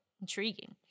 Intriguing